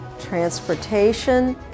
transportation